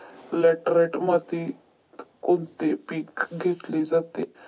Laterite मातीत कोणते पीक घेतले जाते?